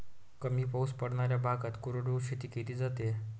कमी पाऊस पडणाऱ्या भागात कोरडवाहू शेती केली जाते